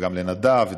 וגם לנדב,